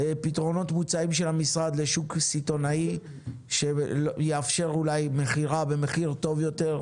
פתרונות מוצאים של המשרד לשוק הסיטונאי שיאפשרו מכירה במחיר טוב יותר,